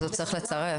אז הוא צריך לצרף.